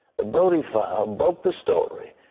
the brody file, broke the story,